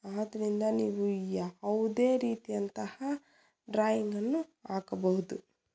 ಆದ್ರಿಂದ ನೀವು ಯಾವುದೇ ರೀತಿಯಂತಹ ಡ್ರಾಯಿಂಗನ್ನು ಹಾಕಬಹುದು